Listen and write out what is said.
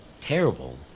Terrible